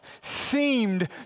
seemed